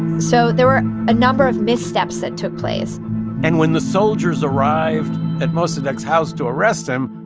so there were a number of missteps that took place and when the soldiers arrived at mossadegh's house to arrest him,